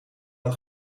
het